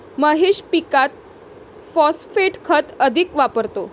महेश पीकात फॉस्फेट खत अधिक वापरतो